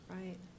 Right